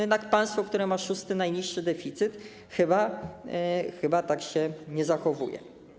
Jednak państwo, które ma szósty najniższy deficyt, chyba tak się nie zachowuje.